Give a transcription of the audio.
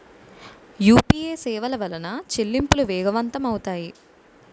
UPA సేవల వలన చెల్లింపులు వేగవంతం అవుతాయి